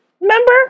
Remember